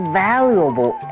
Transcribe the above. valuable